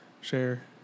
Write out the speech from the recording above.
share